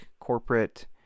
corporate